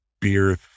beer